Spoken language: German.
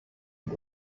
und